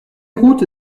route